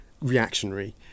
reactionary